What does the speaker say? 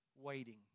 Waiting